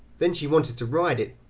then she wanted to ride it,